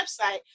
website